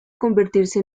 convertirse